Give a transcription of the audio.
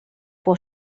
può